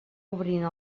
obrint